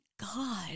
god